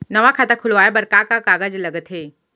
नवा खाता खुलवाए बर का का कागज लगथे?